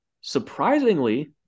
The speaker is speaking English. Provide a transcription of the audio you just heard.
surprisingly